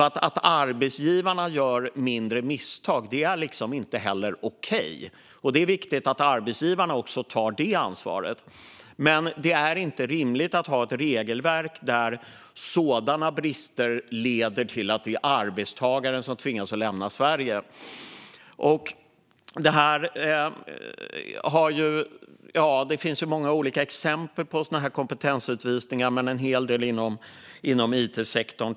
Att arbetsgivare gör små misstag är inte okej. Det är viktigt att arbetsgivarna tar det ansvaret. Det är inte rimligt att ha ett regelverk där sådana brister leder till att det är arbetstagaren som tvingas att lämna Sverige. Det finns många exempel på kompetensutvisningar, och en hel del finns inom it-sektorn.